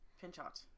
Pinchot